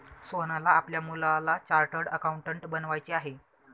सोहनला आपल्या मुलाला चार्टर्ड अकाउंटंट बनवायचे आहे